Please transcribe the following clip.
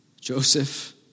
Joseph